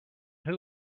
who